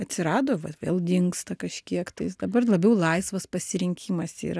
atsirado vat vėl dingsta kažkiek tai jis dabar labiau laisvas pasirinkimas yra